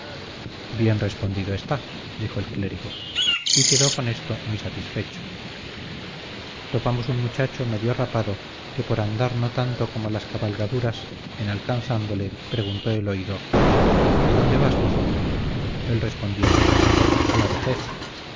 bien respondido está dijo el clérigo y quedó con esto muy satisfecho topamos un muchacho medio rapado que por andar no tanto como las cabalgaduras en alcanzándole preguntó el oidor a dónde vas mozo él respondió a la vejez